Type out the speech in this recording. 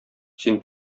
син